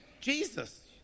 Jesus